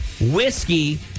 whiskey